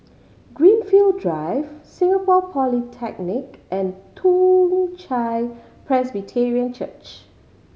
Greenfield Drive Singapore Polytechnic and Toong Chai Presbyterian Church